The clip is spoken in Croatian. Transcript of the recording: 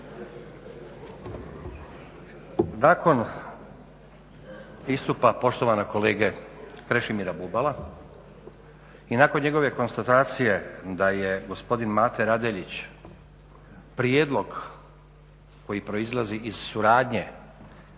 Nakon istupa poštovanog kolega Krešimira Bubala i nakon njegove konstatacije da je gospodin Mate Radeljić prijedlog koji proizlazi iz suradnje